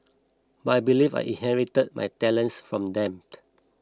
but I believe I inherited my talents from them